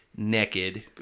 Naked